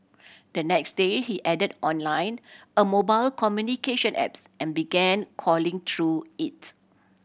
the next day he added on line a mobile communication apps and began calling through it